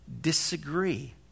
Disagree